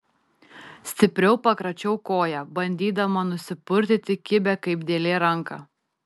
stipriau pakračiau koją bandydama nusipurtyti kibią kaip dėlė ranką